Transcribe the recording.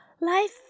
life